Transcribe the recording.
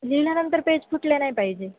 लिहिल्यानंतर पेज फुटल्या नाही पाहिजे